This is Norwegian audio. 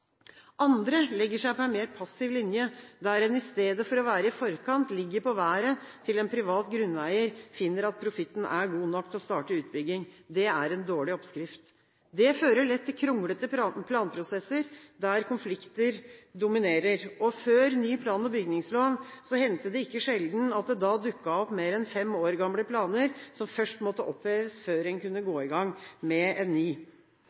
Andre legger seg på en mer passiv linje, der en i stedet for å være i forkant, ligger på været til en privat grunneier finner at profitten er god nok til å starte utbygging. Det er en dårlig oppskrift. Det fører lett til kronglete planprosesser, der konflikter dominerer. Før den nye plan- og bygningsloven hendte det ikke sjelden at det dukket opp mer enn fem år gamle planer, som først måtte oppheves, før en kunne gå i gang med en ny.